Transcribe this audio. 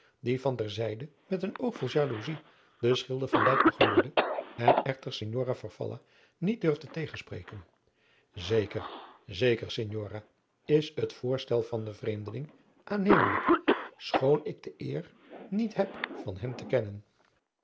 die van ter zijde met een oog vol jaloezij den schilder van dijk begluurde en echter signora farfalla niet durfde tegenspreken zeker zeker signora is het voorstel van den vreemdeling aannemelijk schoon ik de eer niet heb van hem te kennen